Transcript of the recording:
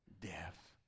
death